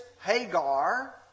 Hagar